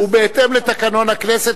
ובהתאם לתקנון הכנסת,